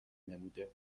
نموده